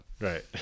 Right